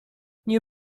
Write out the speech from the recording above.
nie